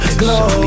glow